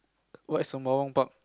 why Sembawang Park